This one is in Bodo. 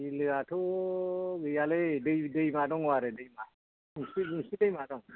बिलोआथ' गैयालै दैमा दङ आरो मोनसे दैमा दं